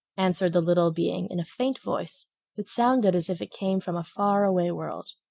answered the little being in a faint voice that sounded as if it came from a far-away world.